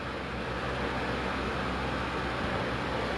word of the day penat